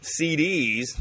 CDs